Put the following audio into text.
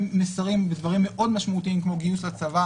מסרים בדברים מאוד משמעותיים כמו גיוס לצבא